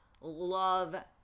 love